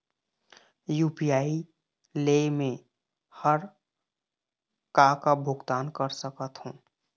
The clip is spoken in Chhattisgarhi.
यू.पी.आई ले मे हर का का भुगतान कर सकत हो?